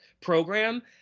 program